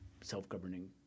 self-governing